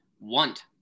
want